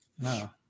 No